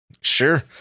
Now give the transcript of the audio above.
sure